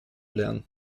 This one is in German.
lernen